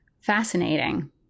Fascinating